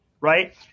Right